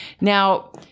Now